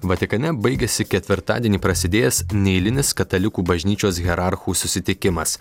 vatikane baigėsi ketvirtadienį prasidėjęs neeilinis katalikų bažnyčios hierarchų susitikimas